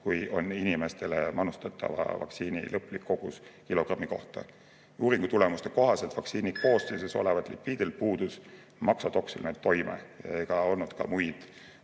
kui on inimestele manustatava vaktsiini lõplik kogus kilogrammi kohta. Uuringu tulemuste kohaselt vaktsiini koostises oleval lipiidil puudus maksatoksiline toime ega olnud ka muid